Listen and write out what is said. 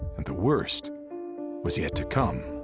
and the worst was yet to come.